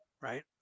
right